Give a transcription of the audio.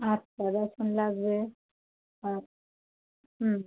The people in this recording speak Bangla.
আচ্ছা বেসম লাগবে আর হুম